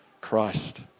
Christ